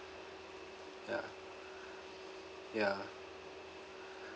ya ya